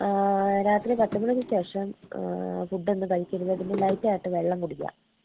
രാത്രി പത്തുമണിക്കുശേഷം ഫുഡോന്നും കഴിക്കരുത് പിന്നെ ലൈറ്റ് ആയിട്ട് വെള്ളം കുടിക്കാം